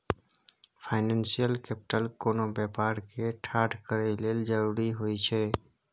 financial capital कोनो व्यापार के ठाढ़ करए लेल जरूरी होइ छइ